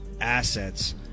assets